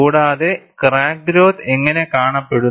കൂടാതെ crack growth എങ്ങനെ കാണപ്പെടുന്നു